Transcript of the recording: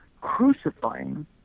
crucifying